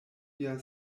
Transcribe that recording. via